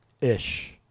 Ish